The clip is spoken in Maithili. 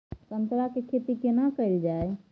संतरा के खेती केना कैल जाय?